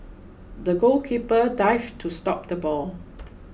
the goalkeeper dived to stop the ball